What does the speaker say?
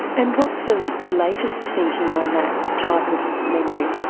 and what's the the latest thinking on that type of memory.